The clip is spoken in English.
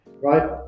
right